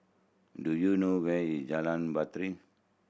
do you know where is Jalan Batai